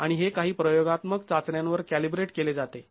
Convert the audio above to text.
आणि हे काही प्रयोगात्मक चाचण्यांवर कॅलिब्रेट केले जाते